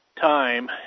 time